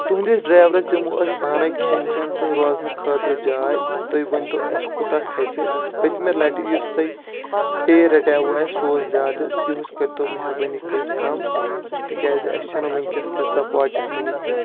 تُہنٛدس ڈرایورس دِمو أسۍ پانے کھٮ۪ن چٮ۪ن تہٕ روزنہٕ خٲطرٕ جاے تُہۍ ؤنۍ تو اسہِ کوٗتاہ کھژِ پٔتمہِ لٹہِ یُس تۄہہِ پے رٹیاوُ اسہِ سُہ اوس زیادٕ یِہُس کٔرتو مہربٲنی کٔرتھ کم تِکیٛازِ اسہِ چھنہٕ ؤنکینس تیٖژا پاکیٹ مٔنی کینٛہہ